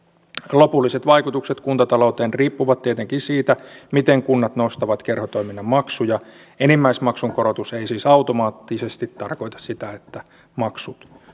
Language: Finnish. lopulliset vaikutukset kuntatalouteen riippuvat tietenkin siitä miten kunnat nostavat kerhotoiminnan maksuja enimmäismaksun korotus ei siis automaattisesti tarkoita sitä että maksut